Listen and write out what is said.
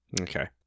Okay